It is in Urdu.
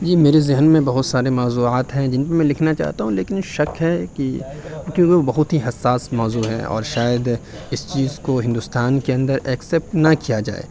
یہ میرے ذہن میں بہت سارے موضوعات ہیں جن کو میں لکھنا چاہتا ہوں لیکن شک ہے کہ کیوں کہ بہت ہی حساس موضوع ہے اور شاید اس چیز کو ہندوستان کے اندر ایکسیپٹ نہ کیا جائے